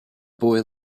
boy